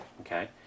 Okay